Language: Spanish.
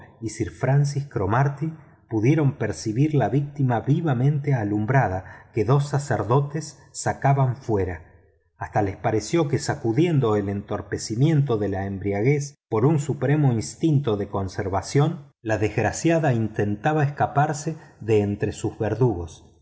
y sir francis cromarty pudieron percibir la víctima vivamente alumbrada que dos sacerdotes sacaban fuera hasta les pareció que sacudiendo el entorpecimiento de la embriaguez por un supremo instinto de conservación la desgraciada intentaba escaparse de entre sus verdugos